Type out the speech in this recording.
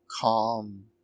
calm